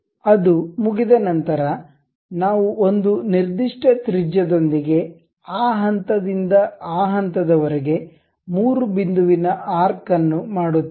ಅದು ಮುಗಿದ ನಂತರ ನಾವು ಒಂದು ನಿರ್ದಿಷ್ಟ ತ್ರಿಜ್ಯದೊಂದಿಗೆ ಆ ಹಂತದಿಂದ ಆ ಹಂತದವರೆಗೆ 3 ಬಿಂದುವಿನ ಆರ್ಕ್ ಅನ್ನು ಮಾಡುತ್ತೇವೆ